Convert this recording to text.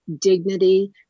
dignity